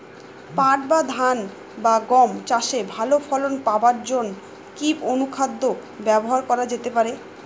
পাট বা ধান বা গম চাষে ভালো ফলন পাবার জন কি অনুখাদ্য ব্যবহার করা যেতে পারে?